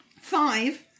five